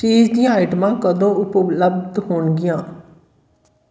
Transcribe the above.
ਚੀਜ਼ ਦੀਆਂ ਆਈਟਮਾਂ ਕਦੋਂ ਉਪਲਬਧ ਹੋਣਗੀਆਂ